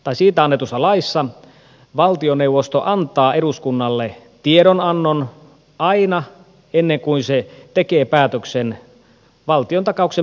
euroopan rahoitusvakausvälineestä annetun lain mukaan valtioneuvosto antaa eduskunnalle tiedonannon aina ennen kuin se tekee päätöksen valtiontakauksen myöntämisestä